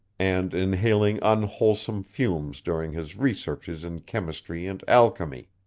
and inhaling unwholesome fumes during his researches in chemistry and alchemy.